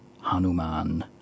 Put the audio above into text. Hanuman